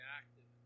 active